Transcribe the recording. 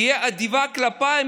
תהיה אדיבה כלפיי,